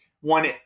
one